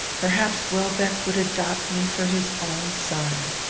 perhaps welbeck would adopt me for his own son.